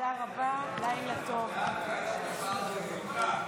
הוועדה המשותפת של ועדת החוץ והביטחון וועדת החוקה,